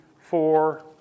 four